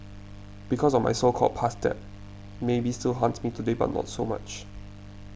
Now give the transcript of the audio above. because of my so called past debt maybe still haunts me today but not so much